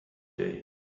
day